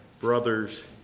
brother's